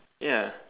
ya